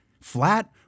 flat